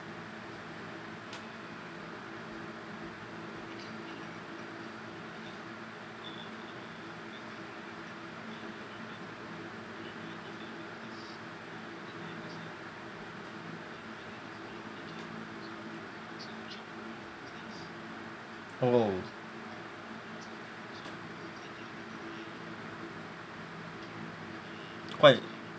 oh quite